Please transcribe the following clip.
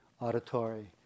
auditory